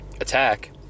attack